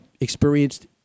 experienced